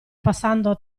passando